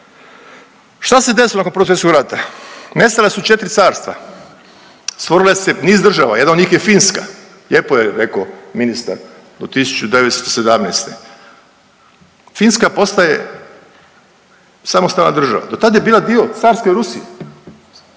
Šta se desilo nakon Prvog svjetskog rata? Nestala su 4 carstva, stvorile su se niz država, jedna od njih je Finska. Lijepo je rekao ministar do 1917., Finska postaje samostalna država do tad je bila dio Carske Rusije,